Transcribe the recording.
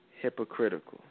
hypocritical